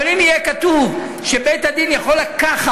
אבל אם יהיה כתוב שבית-הדין יכול לקחת